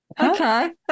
okay